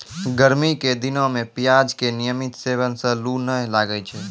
गर्मी के दिनों मॅ प्याज के नियमित सेवन सॅ लू नाय लागै छै